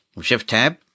Shift-Tab